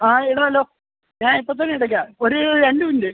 ആ ഇടാമല്ലോ ഞാൻ ഇപ്പോൾത്തന്നെ ഇട്ടേക്കാം ഒരു രണ്ട് മിനിറ്റ്